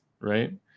right